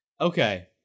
Okay